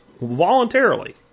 voluntarily